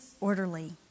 orderly